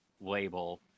label